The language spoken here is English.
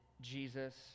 Jesus